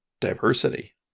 Diversity